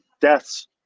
deaths